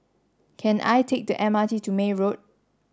can I take the M R T to May Road